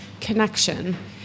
connection